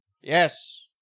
Yes